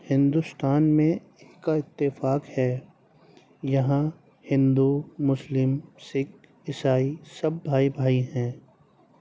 ہندوستان میں ایک کا اتفاق ہے یہاں ہندو مسلم سکھ عیسائی سب بھائی بھائی ہیں